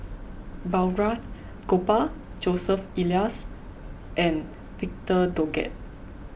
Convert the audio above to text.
Balraj Gopal Joseph Elias and Victor Doggett